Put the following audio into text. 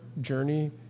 journey